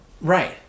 Right